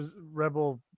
Rebel